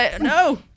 no